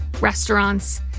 restaurants